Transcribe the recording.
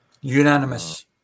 Unanimous